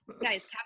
Guys